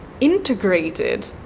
integrated